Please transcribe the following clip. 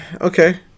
okay